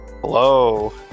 Hello